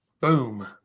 Boom